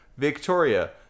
victoria